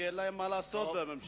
כי אין להם מה לעשות בממשלה.